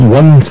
one